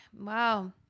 Wow